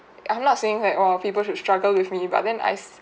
I'm not saying that oh people should struggle with me but then I